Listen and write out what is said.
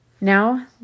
Now